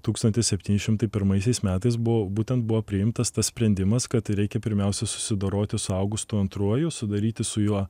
tūkstantis septyni šimtai pirmaisiais metais buvo būtent buvo priimtas tas sprendimas kad reikia pirmiausia susidoroti su augustu antruoju sudaryti su juo